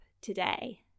today